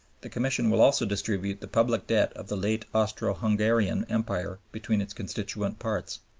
the commission will also distribute the public debt of the late austro-hungarian empire between its constituent parts.